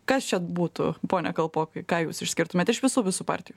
kas čia būtų pone kalpokai ką jūs išskirtumėt iš visų visų partijų